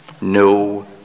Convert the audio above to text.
no